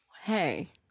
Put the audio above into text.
Hey